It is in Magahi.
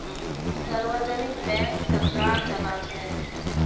सार्वजनिक बैंक सरकार चलाछे